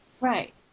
Right